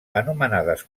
anomenades